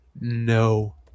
no